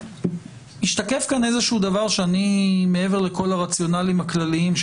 השתקף כאן דבר מעבר לכל הרציונלים הכלליים,